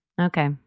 Okay